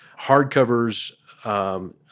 hardcovers